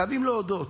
כי חייבים להודות,